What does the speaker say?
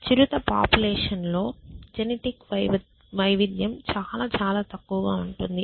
చిరుత population లో genetic వైవిధ్యం చాలా చాలా తక్కువగా ఉంటుంది